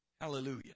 Hallelujah